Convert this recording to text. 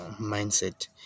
mindset